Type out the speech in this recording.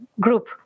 group